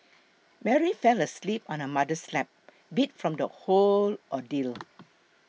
Mary fell asleep on her mother's lap beat from the whole ordeal